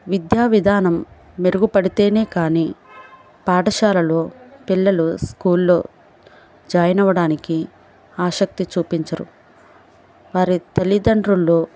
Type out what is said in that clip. విద్యా విధానం మెరుగుపడితేనే కానీ పాఠశాలలో పిల్లలు స్కూల్లో జాయిన్ అవ్వడానికి ఆషక్తి చూపించరు వారి తల్లిదండ్రుల్లో